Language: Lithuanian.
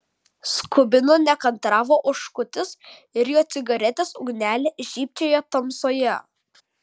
skubino nekantravo oškutis ir jo cigaretės ugnelė žybčiojo tamsoje